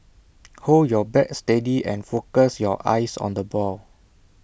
hold your bat steady and focus your eyes on the ball